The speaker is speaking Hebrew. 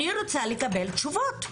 אני רוצה לקבל תשובות.